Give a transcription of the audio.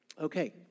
Okay